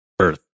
earth